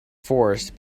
forest